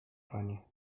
panie